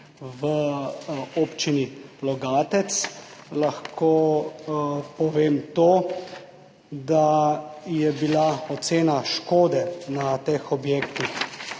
v občini Logatec, lahko povem to, da je bila ocena škode na teh objektih